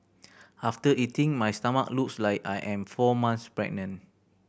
after eating my stomach looks like I am four months pregnant